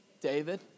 David